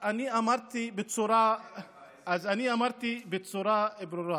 20. אני מודיע לך, 20. אז אני אמרתי בצורה ברורה